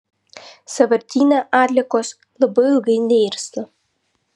sąvartyne atliekos labai ilgai neirsta